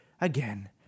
again